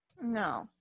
No